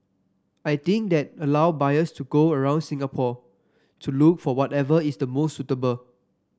I think that allow buyers to go around Singapore to look for whatever is the most suitable